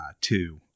two